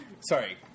Sorry